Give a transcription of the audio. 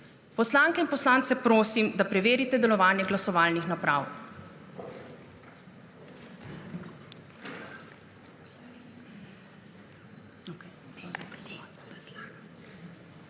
Poslanke in poslance prosim, da preverijo delovanje glasovalnih naprav.